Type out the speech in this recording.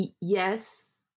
yes